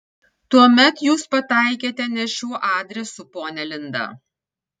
tuomet jūs pataikėte ne šiuo adresu ponia linda